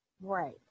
Right